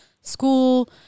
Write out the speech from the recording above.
school